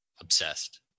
obsessed